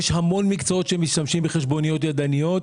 יש המון מקצועות שמשתמשים בחשבוניות ידניות.